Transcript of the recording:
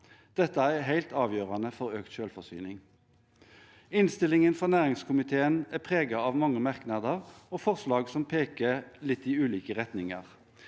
Dette er helt avgjørende for økt selvforsyning. Innstillingen fra næringskomiteen er preget av mange merknader og forslag som peker i litt ulike retninger.